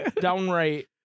downright